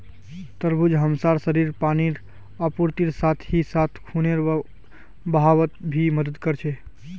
तरबूज हमसार शरीरत पानीर आपूर्तिर साथ ही साथ खूनेर बहावत भी मदद कर छे